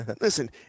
Listen